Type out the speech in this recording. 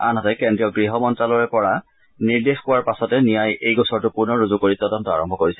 আনহাতে কেন্দ্ৰীয় গৃহ মন্ত্যালয়ৰ পৰা আদেশ পোৱাৰ পাছত নিয়াই এই গোচৰটো পুনৰ ৰুজু কৰি তদন্ত আৰম্ভ কৰিছে